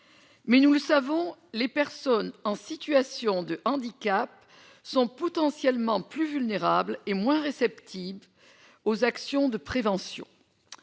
Mais nous le savons, les personnes en situation de handicap sont potentiellement plus vulnérables et moins réceptives aux actions de prévention.